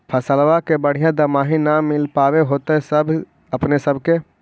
फसलबा के बढ़िया दमाहि न मिल पाबर होतो अपने सब के?